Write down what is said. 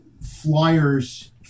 flyers